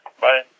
Bye